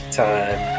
time